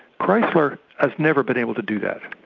chrysler has never been able to do that.